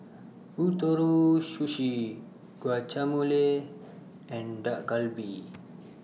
Ootoro Sushi Guacamole and Dak Galbi